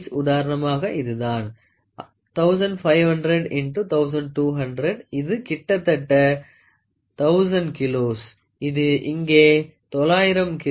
உதாரணமாக இதுதான் 1500 into 1200 இது கிட்டத்தட்ட 1000 kilos இது இங்கே 900 kilos